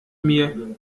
mir